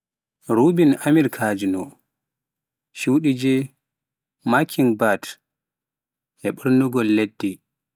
Robin Ameriknaajo, Blue Jay, Mockingbird, e Ɓoornugol leɗɗe